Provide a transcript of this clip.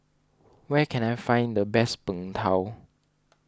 where can I find the best Png Tao